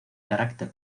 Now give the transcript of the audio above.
carácter